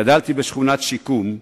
גדלתי בשכונת שיקום,